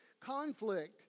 conflict